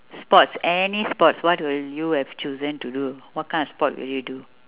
sports any sport what will you have chosen to do what kind of sport will you do